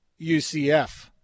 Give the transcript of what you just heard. UCF